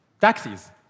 taxis